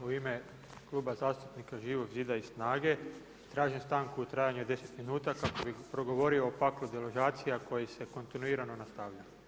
U ime Kluba zastupnika Živog zida i SNAGA-e tražim stanku u trajanju od 10 minuta kako bi progovorio o paklu deložacija koji se kontinuirano nastavlja.